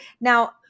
Now